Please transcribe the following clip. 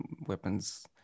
weapons